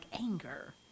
anger